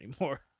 anymore